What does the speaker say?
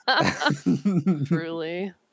Truly